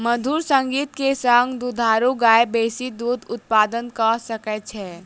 मधुर संगीत के संग दुधारू गाय बेसी दूध उत्पादन कअ सकै छै